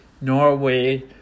Norway